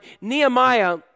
Nehemiah